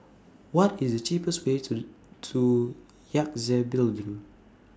What IS The cheapest Way to to Yangtze Building